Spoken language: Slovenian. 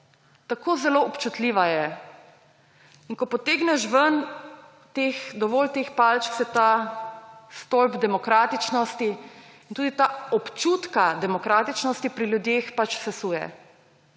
Tako zelo občutljiva je. In ko potegneš ven dovolj teh palčk, se ta stolp demokratičnosti in tudi ta občutek demokratičnosti pri ljudeh pač sesuje;